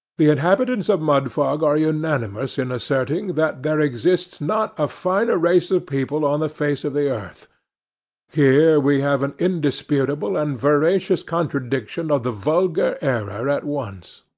the inhabitants of mudfog are unanimous in asserting that there exists not a finer race of people on the face of the earth here we have an indisputable and veracious contradiction of the vulgar error at once.